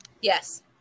Yes